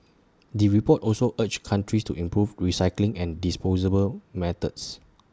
the report also urged countries to improve recycling and disposable methods